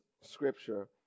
scripture